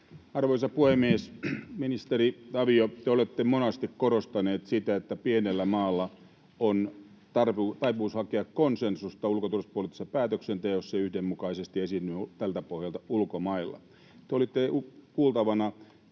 Arvoisa puhemies! Ministeri Tavio, te olette monasti korostanut sitä, että pienellä maalla on taipumus hakea konsensusta ulko- ja turvallisuuspoliittisessa päätöksenteossa ja yhdenmukaisesti esiintyä tältä pohjalta ulkomailla.